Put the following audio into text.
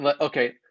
okay